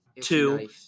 Two